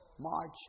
March